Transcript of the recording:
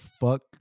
fuck